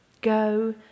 Go